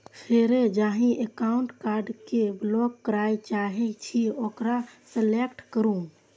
फेर जाहि एकाउंटक कार्ड कें ब्लॉक करय चाहे छी ओकरा सेलेक्ट करू